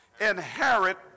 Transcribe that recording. Inherit